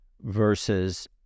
versus